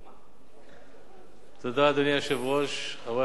תודה, חברי חברי הכנסת,